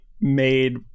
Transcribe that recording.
made